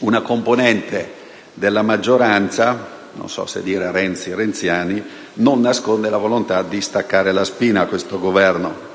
Una componente della maggioranza - non so se dire Renzi e i renziani - non nasconde la volontà di staccare la spina a questo Governo.